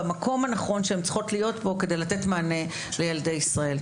במקום הנכון שהן צריכות להיות בו כדי לתת מענה לילדי ישראל.